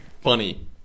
Funny